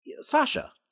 Sasha